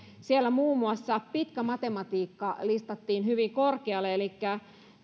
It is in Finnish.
siellä muun muassa pitkä matematiikka listattiin hyvin korkealle elikkä